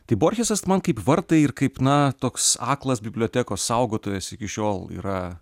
tai borhesas man kaip vartai ir kaip na toks aklas bibliotekos saugotojas iki šiol yra